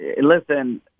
Listen